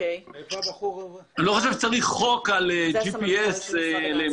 אני לא חושב שצריך חוק על GPS למשאית,